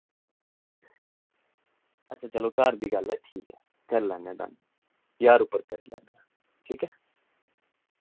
अच्छा चलो घर दी गल्ल ऐ ठीक ऐ करी लैनेआं डन ज्हार उप्पर करी लैने ठीक ऐ